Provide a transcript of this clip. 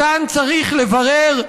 שאותן צריך לברר,